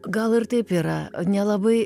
gal ir taip yra nelabai